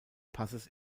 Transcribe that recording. passes